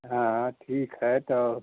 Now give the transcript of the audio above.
हाँ ठीक है तब